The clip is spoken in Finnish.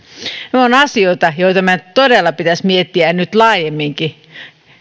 ne ovat asioita joita meidän todella pitäisi miettiä nyt laajemminkin